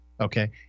Okay